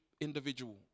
individual